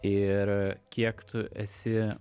ir kiek tu esi